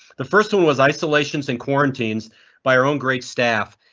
the first one was isolations and quarantines by our own great staff.